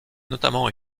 notamment